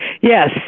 Yes